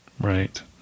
Right